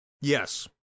yes